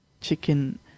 Chicken